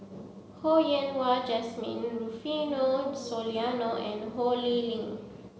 Ho Yen Wah Jesmine Rufino Soliano and Ho Lee Ling